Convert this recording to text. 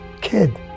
kid